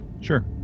Sure